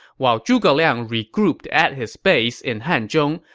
while zhuge liang regrouped at his base in hanzhong,